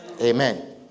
Amen